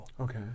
Okay